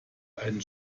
einen